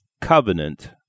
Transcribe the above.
covenant